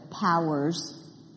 powers